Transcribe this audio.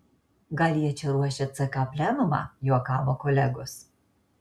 gal jie čia ruošia ck plenumą juokavo kolegos